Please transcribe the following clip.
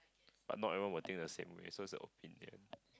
but not everyone will think the same way so is a opinion